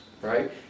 right